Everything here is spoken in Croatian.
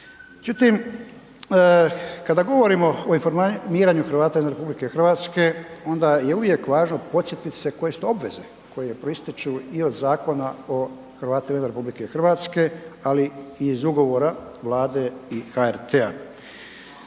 Međutim, kada govorimo o informiranju Hrvata izvan RH onda je uvijek važno podsjetit se koje su to obveze koje proističu i od Zakona o Hrvatima izvan RH, ali i iz ugovora Vlade i HRT-a.